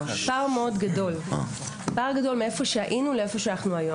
מאוד גדול בין הנקודה בה היינו לנקודה בה אנחנו היום.